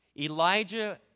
Elijah